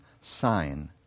sign